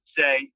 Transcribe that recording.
say